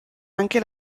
anche